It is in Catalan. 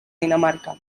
dinamarca